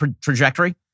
trajectory